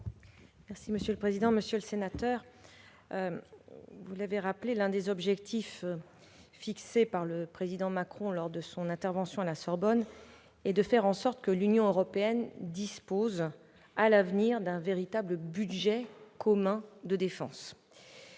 Vous l'avez rappelé, monsieur le sénateur, l'un des objectifs fixés par le Président Macron lors de son intervention à la Sorbonne est de faire en sorte que l'Union européenne dispose à l'avenir d'un véritable budget commun de défense.